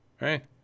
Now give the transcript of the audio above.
right